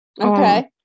Okay